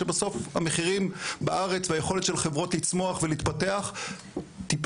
שבסוף המחירים בארץ והיכולת של חברות לצמוח ולהתפתח תיפגע,